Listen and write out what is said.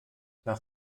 nach